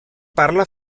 parla